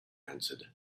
answered